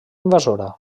invasora